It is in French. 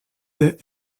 des